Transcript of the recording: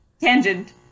tangent